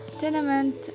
tenement